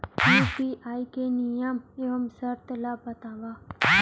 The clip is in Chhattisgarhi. यू.पी.आई के नियम एवं शर्त ला बतावव